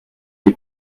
les